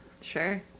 Sure